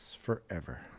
forever